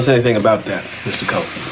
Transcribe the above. anything about that mister cohle?